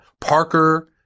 Parker